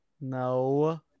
No